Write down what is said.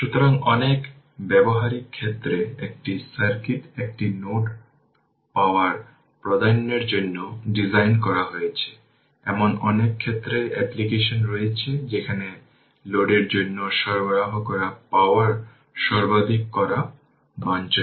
সুতরাং এটি হল i 3 এবং এটি 1 এবং এটি আবার পুরু লাইন আমি নীল রঙ দ্বারা চিহ্নিত করছি না এটি i 3 হল 0 এর জন্য একটি পুরু লাইন